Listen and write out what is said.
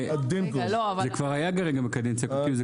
זה כבר היה בקדנציה הקודמת.